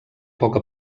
poca